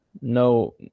no